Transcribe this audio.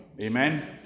Amen